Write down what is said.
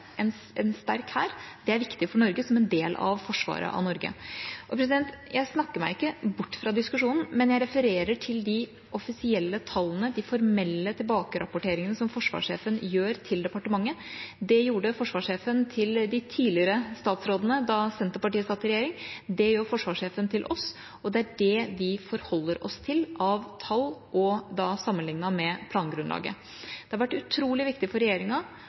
en sterk hær. Det er viktig for Norge som en del av forsvaret av Norge. Jeg snakker meg ikke bort fra diskusjonen, men jeg refererer til de offisielle tallene, de formelle tilbakerapporteringene som forsvarssjefen gir til departementet. Det gjorde forsvarssjefen til de tidligere statsrådene da Senterpartiet satt i regjering, det gjør forsvarssjefen til oss, og det er det vi forholder oss til av tall – og da sammenlignet med plangrunnlaget. Det har vært utrolig viktig for regjeringa